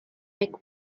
make